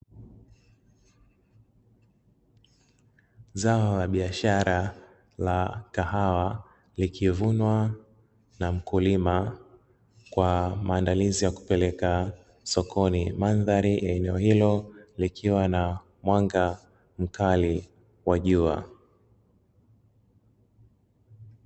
Zao la biashara la kahawa likivunwa na mkulima kwa maandalizi ya kupeleka sokoni, mandhari ya eneo hilo likiwa na mwanga mkali wa jua.